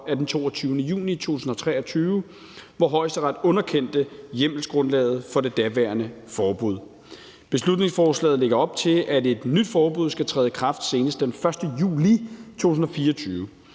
af 23. juni 2023, hvor Højesteret underkendte hjemmelsgrundlaget for det daværende forbud. Beslutningsforslaget lægger op til, at et forbud skal træde i kraft senest den 1. juli 2024.